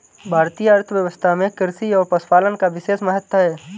भारतीय अर्थव्यवस्था में कृषि और पशुपालन का विशेष महत्त्व है